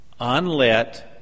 unlit